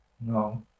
No